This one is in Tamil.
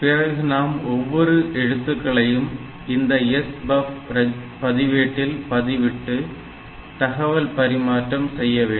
பிறகு நாம் ஒவ்வொரு எழுத்துக்களையும் இந்த sbuff பதிவேட்டில் பதிவிட்டு தகவல் பரிமாற்றம் செய்ய வேண்டும்